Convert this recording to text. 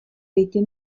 dejte